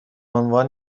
عنوان